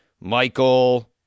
Michael